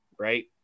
right